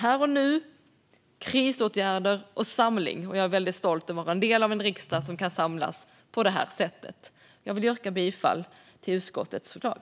Här och nu är det krisåtgärder och samling, och jag är väldigt stolt över att vara en del av en riksdag som kan samlas på det här sättet. Jag vill yrka bifall till utskottets förslag.